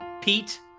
pete